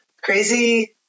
crazy